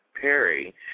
Perry